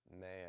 man